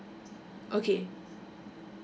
okay